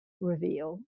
reveal